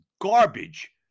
garbage